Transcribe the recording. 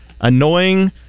annoying